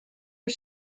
are